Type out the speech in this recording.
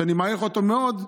שאני מעריך אותו מאוד,